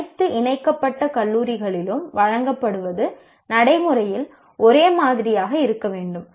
அனைத்து இணைக்கப்பட்ட கல்லூரிகளிலும் வழங்கப்படுவது நடைமுறையில் ஒரே மாதிரியாக இருக்க வேண்டும்